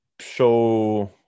show